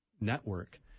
network